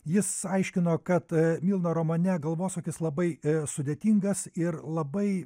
jis aiškino kad milda romane galvosūkis labai sudėtingas ir labai